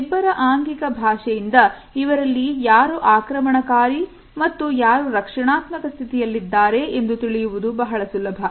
ಇವರಿಬ್ಬರ ಆಂಗಿಕ ಭಾಷೆ ಇಂದ ಇವರಲ್ಲಿ ಯಾರು ಆಕ್ರಮಣಕಾರಿ ಮತ್ತು ಯಾರು ರಕ್ಷಣಾತ್ಮಕ ಸ್ಥಿತಿಯಲ್ಲಿದ್ದಾರೆ ಎಂದು ತಿಳಿಯುವುದು ಬಹಳ ಸುಲಭ